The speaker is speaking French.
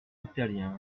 italiens